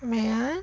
ਮਿਆ